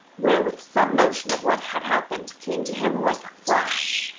wherewith some notion of what had happened came to him like a flash,